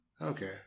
Okay